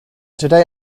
today